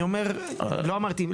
לא אמרתי,